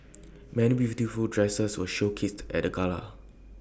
many beautiful dresses were showcased at the gala